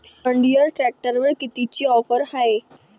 John Deere ट्रॅक्टरवर कितीची offer हाये?